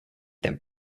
than